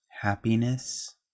happiness